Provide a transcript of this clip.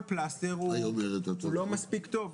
כל פלסטר, היא לא מספיק טובה.